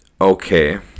Okay